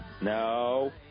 No